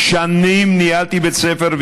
שנים ניהלתי בית ספר,